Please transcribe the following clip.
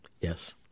Yes